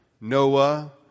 Noah